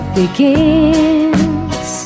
begins